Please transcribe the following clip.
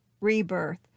rebirth